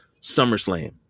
SummerSlam